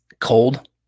cold